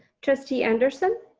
trustee anderson.